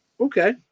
Okay